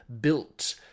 built